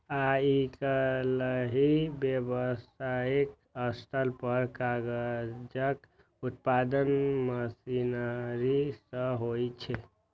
आइकाल्हि व्यावसायिक स्तर पर कागजक उत्पादन मशीनरी सं होइ छै